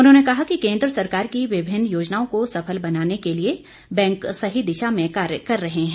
उन्होंने कहा कि केन्द्र सरकार की विभिन्न योजनाओं को सफल बनाने के लिए बैंक सही दिशा में कार्य कर रहे हैं